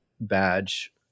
badge